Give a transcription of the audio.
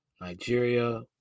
Nigeria